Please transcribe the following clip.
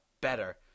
better